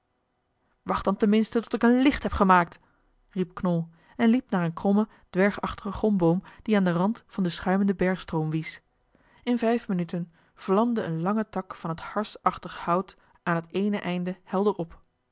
dan ten minste tot ik een licht heb gemaakt riep knol en liep naar een krommen dwergachtigen gomboom die aan den rand van den schuimenden bergstroom wies in vijf minuten vlamde een lange tak van het harsachtig hout aan het eene einde helder op